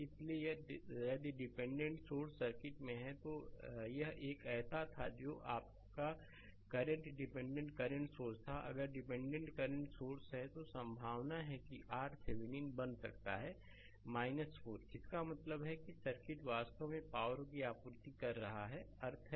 इसलिए यदि dependent source circuit में हैं तो यह एक ऐसा था जो आपका करंट डिपेंडेंट करंट सोर्स था अगर डिपेंडेंट करंट सोर्स है तो संभावना है कि RThevenin बन सकता है 4 इसका मतलब है कि सर्किट वास्तव में पावर की आपूर्ति कर रहा है यह अर्थ है